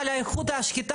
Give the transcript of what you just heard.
לתחרות.